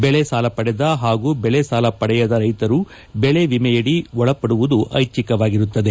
ಬೆಳೆ ಸಾಲ ಪಡೆದ ಹಾಗೂ ಬೆಳೆ ಸಾಲ ಪಡೆಯದ ರೈತರು ಬೆಳೆ ವಿಮೆಯಡಿ ಒಳಪಡುವುದು ಐಟ್ಟಿಕವಾಗಿರುತ್ತದೆ